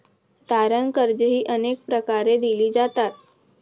तारण कर्जेही अनेक प्रकारे दिली जातात